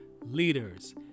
Leaders